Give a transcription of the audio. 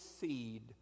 seed